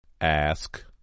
Ask